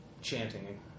chanting